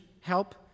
help